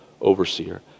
overseer